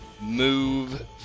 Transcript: move